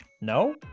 No